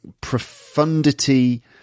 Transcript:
profundity